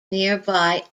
nearby